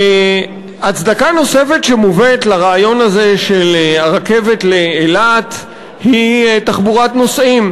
הצדקה נוספת שמובאת לרעיון הזה של הרכבת לאילת היא תחבורת נוסעים.